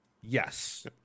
Yes